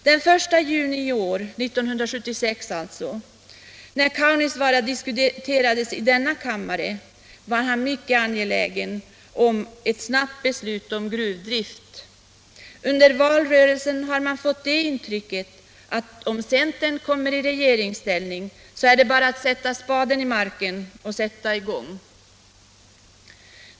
Den 1 juni i år, då Kaunisvaara diskuterades i denna kammare, var han mycket angelägen om ett snabbt beslut om gruvdrift. Under valrörelsen fick man det intrycket att om centern kom i regeringsställning så var det bara att sätta spaden i marken och börja.